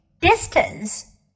distance